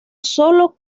solo